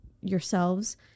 yourselves